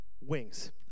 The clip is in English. wings